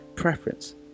preference